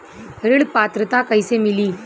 ऋण पात्रता कइसे मिली?